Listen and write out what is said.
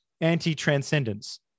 anti-transcendence